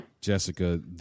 Jessica